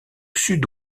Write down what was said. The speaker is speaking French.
sud